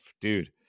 Dude